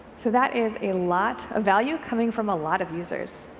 so that is a lot of value coming from a lot of users.